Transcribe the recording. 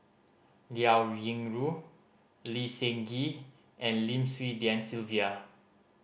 Liao Yingru Lee Seng Gee and Lim Swee Lian Sylvia